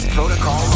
Protocol